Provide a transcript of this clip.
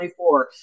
24